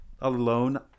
alone